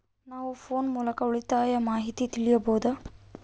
ನಾವು ಫೋನ್ ಮೂಲಕ ಉಳಿತಾಯದ ಮಾಹಿತಿ ತಿಳಿಯಬಹುದಾ?